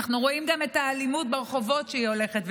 אנו רואים גם את האלימות ברחובות, שהולכת וגדלה.